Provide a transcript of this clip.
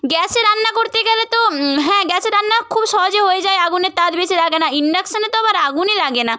গ্যাসে রান্না করতে গেলে তো হ্যাঁ গ্যাসে রান্নাও খুব সহজে হয়ে যায় আগুনের তাত বেশি লাগে না ইন্ডাকশানে তো আবার আগুনই লাগে না